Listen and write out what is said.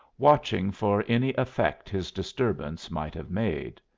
watching for any effect his disturbance might have made.